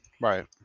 Right